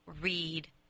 read